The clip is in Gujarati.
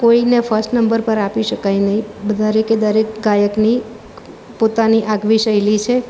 કોઈને ફર્સ્ટ નંબર પર આપી શકાય નહીં દરેકે દરેક ગાયકની પોતાની આગવી શૈલી છે